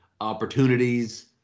opportunities